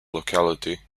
locality